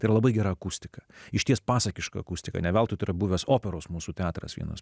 ir labai gera akustika išties pasakiška akustika ne veltui buvęs operos mūsų teatras vienas